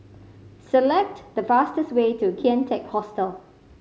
select the fastest way to Kian Teck Hostel